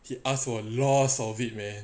he asked for lots of it man